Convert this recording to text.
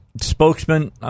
spokesman